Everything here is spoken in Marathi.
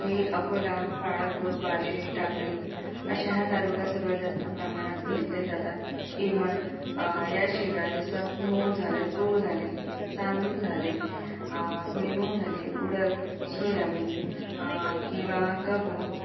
हे अकोला बाळापूर बार्शी टाकळी अशा ह्या तालुक्यात सर्वात जास्त प्रमाणात घेतले जातात इव्हन याशिवाय जसं मूग झालं तूर झाली तांदूळ झाले भुईमूग झाली उडद सोयाबीन किवा गहू